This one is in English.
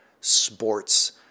sports